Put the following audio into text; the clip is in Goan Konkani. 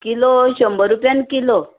किलो शंबर रुपयान किलो